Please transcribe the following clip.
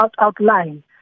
outline